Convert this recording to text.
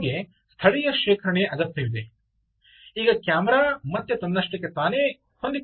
ಆದ್ದರಿಂದ ನಿಮಗೆ ಸ್ಥಳೀಯ ಶೇಖರಣೆಯ ಅಗತ್ಯವಿದೆ ಈಗ ಕ್ಯಾಮೆರಾ ಮತ್ತೆ ತನ್ನಷ್ಟಕ್ಕೆ ತಾನೇ ಹೊಂದಿಕೊಳ್ಳಬೇಕು